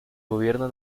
gobierno